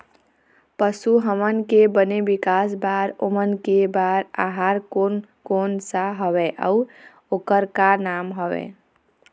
पशु हमन के बने विकास बार ओमन के बार आहार कोन कौन सा हवे अऊ ओकर का नाम हवे?